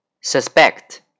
Suspect